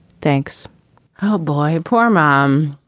thanks oh boy. poor mom.